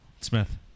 Smith